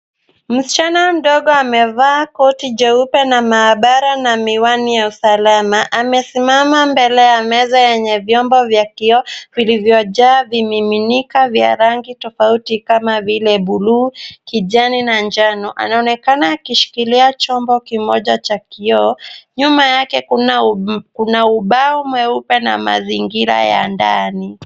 Msichana mdogo amevaa koti jeupe na maabara na miwani ya usalama. Amesimama mbele ya meza yenye vyombo vya kioo vilivyojaa vimiminika vya rangi tofauti kama vile buluu, kijani na njano. Anaonekana akishikilia chombo kimoja cha kioo. Nyuma yake kuna ubao mweupe na mazingira ya ndani.